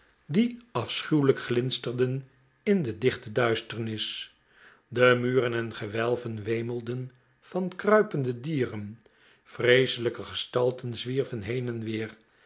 die afsehuwelijk glinsterden in de dichte duisternis de muren en gewelven wemelden van kruipende dieren vreeselijke gestalten zwierven heen en weer